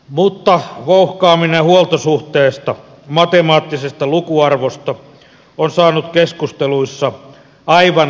mutta vouhkaaminen huoltosuhteesta matemaattisesta lukuarvosta on saanut keskusteluissa aivan liikaa painoarvoa